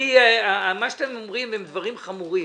מה שאתם אומרים הם דברים חמורים.